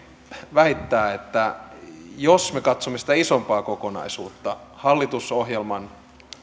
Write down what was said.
väittää että jos me katsomme sitä isompaa kokonaisuutta hallitusohjelman